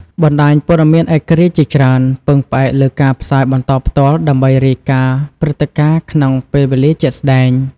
បណ្តាញព័ត៌មានឯករាជ្យជាច្រើនពឹងផ្អែកលើការផ្សាយបន្តផ្ទាល់ដើម្បីរាយការណ៍ព្រឹត្តិការណ៍ក្នុងពេលវេលាជាក់ស្តែង។